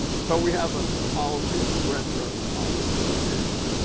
so we have ah a policy of threats rather than a policy of negotiation.